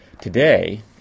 today